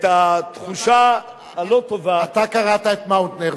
התחושה הלא-טובה אתה קראת את מאוטנר,